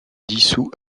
dissous